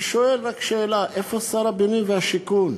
אני שואל רק שאלה: איפה שר הבינוי והשיכון?